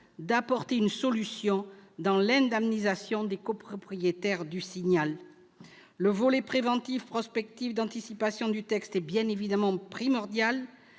d'apporter une solution à l'indemnisation des copropriétaires du Signal. Le volet préventif, prospectif, d'anticipation du texte est bien évidemment primordial,